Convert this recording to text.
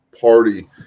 party